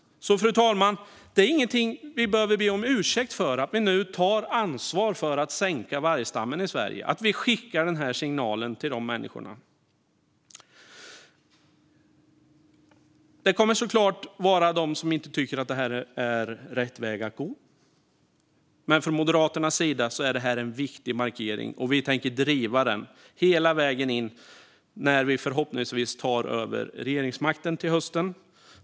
Fru talman! Det är ingenting vi behöver be om ursäkt för, det vill säga att vi nu tar ansvar för att sänka vargstammen i Sverige och skickar den här signalen. Det kommer såklart att finnas de som inte tycker att det här är rätt väg att gå. Men från Moderaternas sida är det här en viktig markering, och vi tänker driva den hela vägen när vi förhoppningsvis tar över regeringsmakten till hösten.